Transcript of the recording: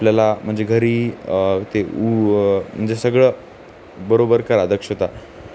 आपल्याला म्हणजे घरी ते म्हणजे सगळं बरोबर क आ दक्षता